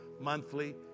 monthly